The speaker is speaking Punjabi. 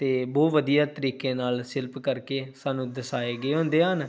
ਅਤੇ ਬਹੁਤ ਵਧੀਆ ਤਰੀਕੇ ਨਾਲ ਸ਼ਿਲਪ ਕਰਕੇ ਸਾਨੂੰ ਦਰਸਾਏ ਗਏ ਹੁੰਦੇ ਹਨ